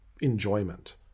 enjoyment